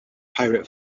pirate